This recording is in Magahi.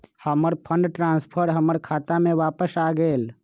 हमर फंड ट्रांसफर हमर खाता में वापस आ गेल